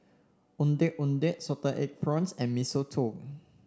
Ondeh Ondeh Salted Egg Prawns and Mee Soto